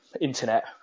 Internet